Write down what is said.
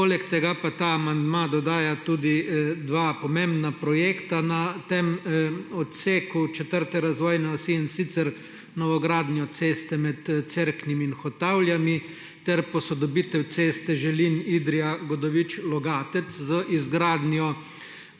Poleg tega pa ta amandma dodaja tudi dva pomembna projekta na tem odseku četrte razvojne osi in sicer novogradnjo ceste med Cerknem in Hotavljami ter posodobitev ceste Želin Idrija Godovič Logatec z izgradnjo